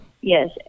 Yes